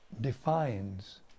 defines